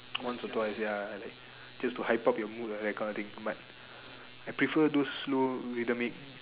once or twice ya just to hype up your mood that kind of thing but I prefer those slow rhythmic